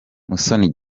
musoni